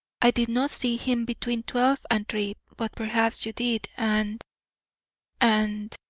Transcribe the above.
i did not see him between twelve and three, but perhaps you did and and